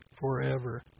forever